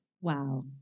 Wow